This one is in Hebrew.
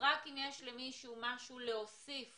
רק אם יש למישהו משהו להוסיף